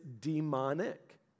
demonic